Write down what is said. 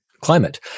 climate